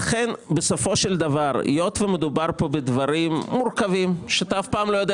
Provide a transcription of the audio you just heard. בסופו של דבר היות ומדובר כאן בדברים מורכבים שאתה אף פעם לא יודע